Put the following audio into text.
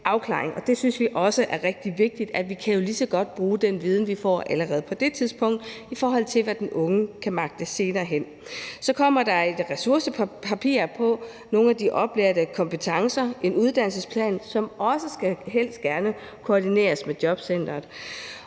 det synes vi også er rigtig vigtigt. Vi kan jo lige så godt bruge den viden, vi får allerede på det tidspunkt, i forhold til hvad den unge kan magte senere hen. Så kommer der et ressourcepapir på nogle af de oplærte kompetencer og en uddannelsesplan, som også helst skal koordineres med jobcenteret.